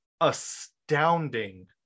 astounding